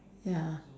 ya